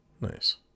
Nice